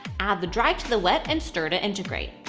add the dry to the wet and stir to integrate.